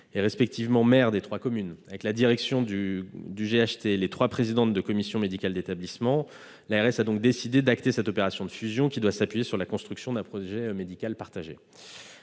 respectivement maires des trois communes, avec la direction du GHT et les trois présidentes des commissions médicales d'établissement, a décidé d'acter cette fusion, qui doit s'appuyer sur la construction d'un projet médical partagé.